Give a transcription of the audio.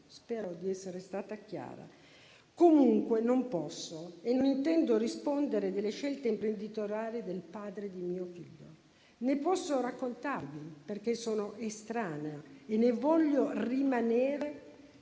Spero di essere stata chiara. In ogni caso, non posso e non intendo rispondere delle scelte imprenditoriali del padre di mio figlio né posso raccontarvi - ne sono estranea e voglio rimanere